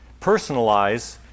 personalize